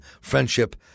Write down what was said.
friendship